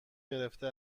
گرفته